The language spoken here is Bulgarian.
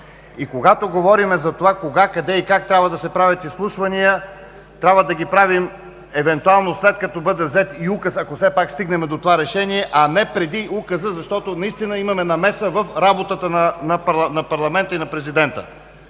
И когато говорим за това кога, къде и как трябва да се правят изслушвания, трябва да ги правим евентуално, след като бъде взет и указ, ако все пак стигнем до това решение, а не преди указа, защото наистина имаме намеса в работата на парламента и на президента.